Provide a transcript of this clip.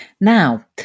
Now